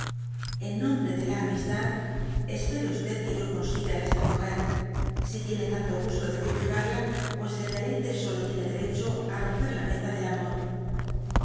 en nombre de ia amistad espere que yo consiga esta muger si tiene tanto gusto de criticarla pues el deleite solo tiene derecho á romper la yenda del amor